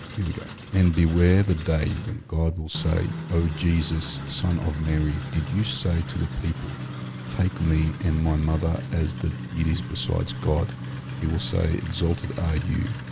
here we go and beware the day when god will say, oh jesus son of mary did you say to the people take me and my mother as the deities besides god he will say exalted are ah you?